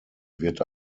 wird